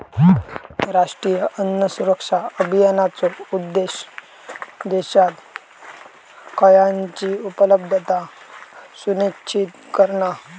राष्ट्रीय अन्न सुरक्षा अभियानाचो उद्देश्य देशात खयानची उपलब्धता सुनिश्चित करणा